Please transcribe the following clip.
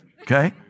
okay